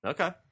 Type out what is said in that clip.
Okay